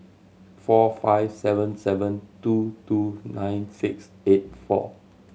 four five seven seven two two nine six eight four